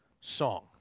song